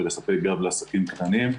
ולספק גב לעסקים קטנים.